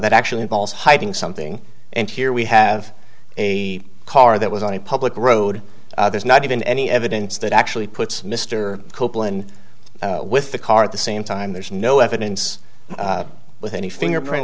that actually involves hiding something and here we have a car that was on a public road there's not even any evidence that actually puts mr copeland with the car at the same time there's no evidence with any fingerprint